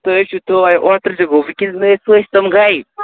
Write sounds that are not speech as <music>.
تُہۍ حظ چھُو دۄہَے اوترٕ تہِ گوٚو <unintelligible>